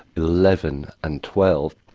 eleven and twelve,